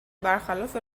برخلاف